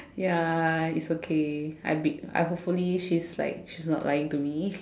ya it's okay I be I hopefully she's not she's not lying to me